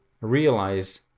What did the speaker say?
realize